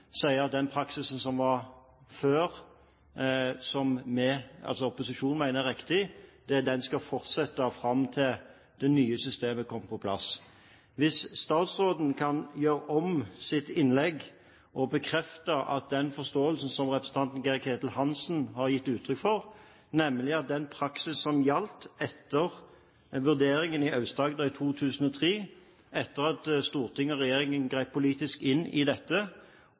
sier at den praksisen som var før, som vi – altså opposisjonen – mener er riktig, skal fortsette fram til det nye systemet er kommet på plass. Kan statsråden gjøre om sitt innlegg og bekrefte den forståelsen som representanten Geir-Ketil Hansen har gitt uttrykk for, nemlig at den praksis som gjaldt etter en vurdering i en klagesak i Aust-Agder i 2003 – etter at storting og regjering grep politisk inn i dette